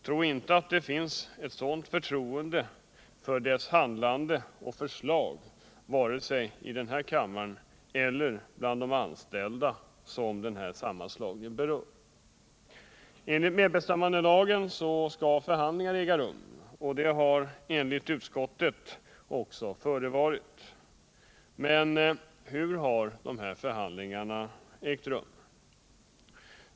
Tro inte att det finns ett sådant förtroende för regeringens handlande och förslag, vare sig i den här kammaren eller bland de an ställda, som denna sammanslagning berör! Enligt medbestämmandelagen skall förhandlingar äga rum. Enligt utskottet har dessa också förevarit, men hur har de gått till?